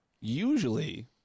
usually